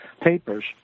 papers